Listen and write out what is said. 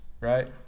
Right